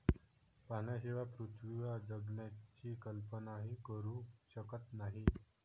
पाण्याशिवाय पृथ्वीवर जगण्याची कल्पनाही करू शकत नाही